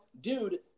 dude